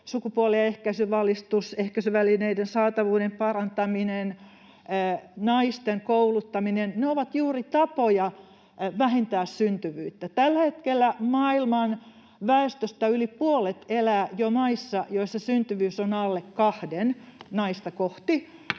sukupuoli- ja ehkäisyvalistus, ehkäisyvälineiden saatavuuden parantaminen, naisten kouluttaminen — ne ovat juuri tapoja vähentää syntyvyyttä. Tällä hetkellä maailman väestöstä jo yli puolet elää maissa, joissa syntyvyys on alle 2:n naista kohti,